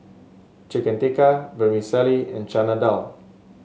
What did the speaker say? Chicken Tikka Vermicelli and Chana Dal